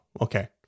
okay